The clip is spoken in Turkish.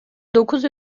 dokuz